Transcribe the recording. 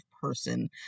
person